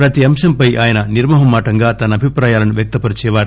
ప్రతి అంశంపై ఆయన నిర్మోహమాటంగా తన అభిప్రాయాలను వ్యక్తపరిచేవారు